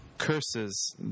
curses